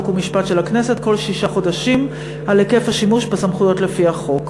חוק ומשפט של הכנסת כל שישה חודשים על היקף השימוש בסמכויות לפי החוק.